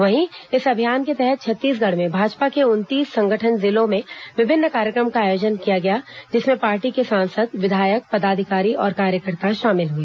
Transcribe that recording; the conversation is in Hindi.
वहीं इस अभियान के तहत छत्तीसगढ़ में भाजपा के उनतीस संगठन जिलों में विभिन्न कार्यक्रम का आयोजन किया गया जिसमें पार्टी के सांसद विधायक पदाधिकारी और कार्यकर्ता शामिल हुए